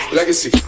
Legacy